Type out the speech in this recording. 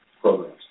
programs